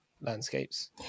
landscapes